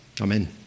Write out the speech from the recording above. Amen